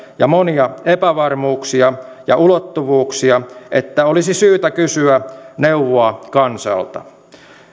ja monia epävarmuuksia ja ulottuvuuksia että olisi syytä kysyä neuvoa kansalta